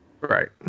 Right